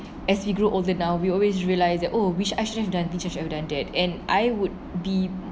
as we grew older now we always realise that oh we I should have done this I would have done that and I would be